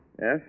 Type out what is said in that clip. Yes